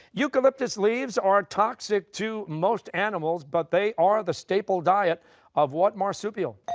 eucalyptus leaves are toxic to most animals, but they are the staple diet of what marsupial?